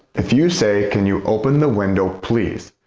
if you say, can you open the window, please,